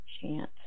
chance